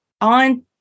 on